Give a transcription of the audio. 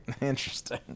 Interesting